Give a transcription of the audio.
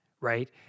right